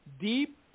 deep